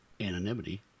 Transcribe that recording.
anonymity